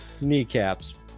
Kneecaps